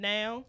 Now